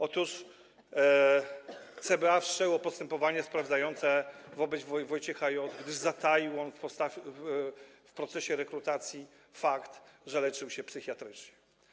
Otóż CBA wszczęło postępowanie sprawdzające wobec Wojciecha J., gdyż zataił on w procesie rekrutacji fakt, że leczył się psychiatrycznie.